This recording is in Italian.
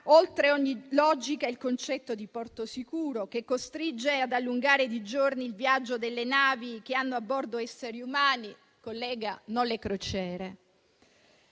oltre ogni logica il concetto di porto sicuro, che costringe ad allungare di giorni il viaggio delle navi che hanno a bordo esseri umani - collega - e non le crociere.